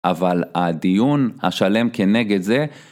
אבל הדיון השלם כנגד זה